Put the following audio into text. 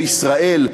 בישראל,